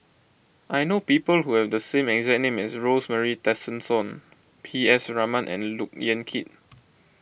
I know people who have the same exact name as Rosemary Tessensohn P S Raman and Look Yan Kit